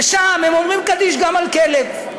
ושם הם אומרים קדיש גם על כלב.